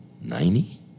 ninety